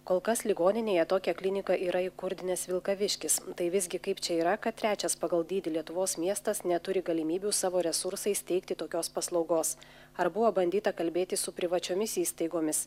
kol kas ligoninėje tokią kliniką yra įkurdinęs vilkaviškis tai visgi kaip čia yra kad trečias pagal dydį lietuvos miestas neturi galimybių savo resursais teikti tokios paslaugos ar buvo bandyta kalbėtis su privačiomis įstaigomis